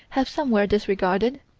have somewhere disregarded,